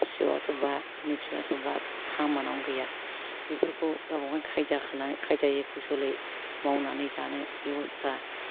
पिअ आथ' बाथ मेट्रिकआथ' बाथ खामानआवनो गैया बेफोरखौ गावबा गावनि खायदा खालायनानै खायदायै खौसलै मावनानै जानो बेब'स्था